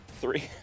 Three